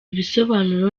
bisobanuro